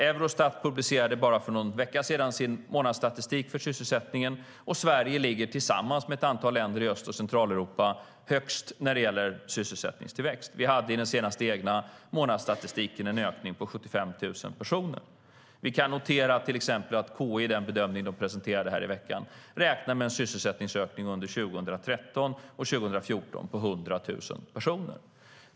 Eurostat publicerade bara för någon vecka sedan sin månadsstatistik för sysselsättningen, och Sverige ligger tillsammans med ett antal länder i Öst och Centraleuropa högst när det gäller sysselsättningstillväxt - vi hade i den senaste egna månadsstatistiken en ökning på 75 000 personer. Vi kan till exempel notera att KI i den bedömning som presenterades i veckan räknade med en sysselsättningsökning under 2013 och 2014 på 100 000 personer.